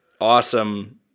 awesome